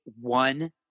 one